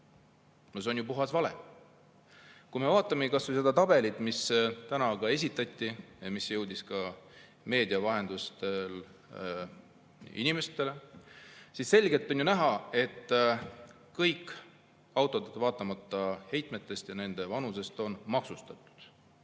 See on ju puhas vale. Kui me vaatame kas või seda tabelit, mis täna esitati, mis jõudis meedia vahendusel ka inimesteni, siis on ju selgelt näha, et kõik autod, vaatamata heitmetele ja auto vanusele, on maksustatud.